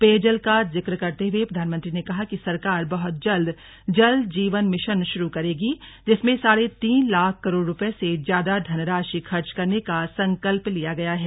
पेयजल का जिक्र करते हुए प्रधानमंत्री ने कहा कि सरकार बहुत जल्दे जल जीवन मिशन शुरू करेगी जिसमें साढ़े तीन लाख करोड़ रुपये से ज्यादा धनराशि खर्च करने का संकल्प लिया गया है